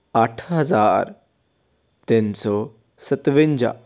ਅੱਠ ਹਜ਼ਾਰ ਤਿੰਨ ਸੌ ਸਤਵੰਜਾ